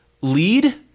lead